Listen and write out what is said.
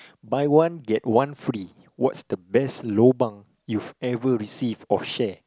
buy one get one free what's the best lobang you've ever received or share